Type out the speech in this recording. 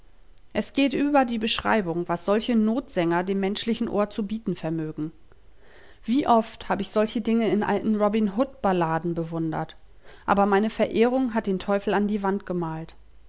es geht über die beschreibung was solche notsänger dem menschlichen ohr zu bieten vermögen wie oft hab ich solche dinge in alten robin hood balladen bewundert aber meine verehrung hat den teufel an die wand gemalt